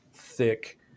thick